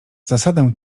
zasadę